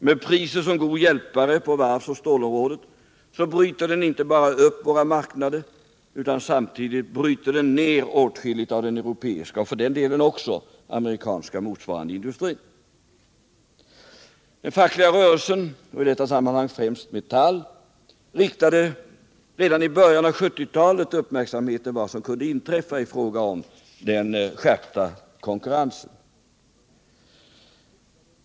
Med priset som god hjälpare på varvsoch stålområdet bryter den inte bara upp våra marknader, utan samtidigt bryter den ner åtskilligt av den europeiska och för den delen också den amerikanska motsvarande industrin. Den fackliga rörelsen — och i detta sammanhang främst Metall — riktade redan i början på 1970-talet uppmärksamheten på vad som kunde inträffa i fråga om den skärpta konkurrensen.